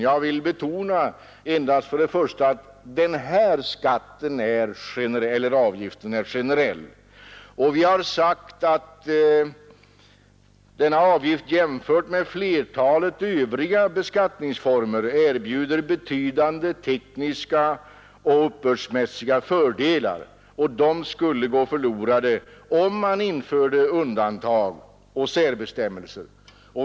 Jag vill först och främst bara betona att den här avgiften är generell. Vi har sagt att denna avgift jämfört med flertalet övriga beskattningsformer erbjuder betydande tekniska och uppbördsmässiga fördelar, och de skulle gå förlorade om man införde undantag och särbestämmelser.